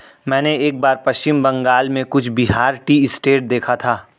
मैंने एक बार पश्चिम बंगाल में कूच बिहार टी एस्टेट देखा था